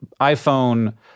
iPhone